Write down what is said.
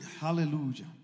Hallelujah